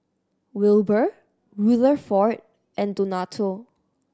Wilber Rutherford and Donato